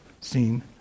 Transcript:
seen